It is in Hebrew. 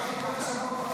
ינון.